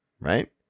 right